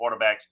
quarterbacks